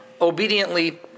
obediently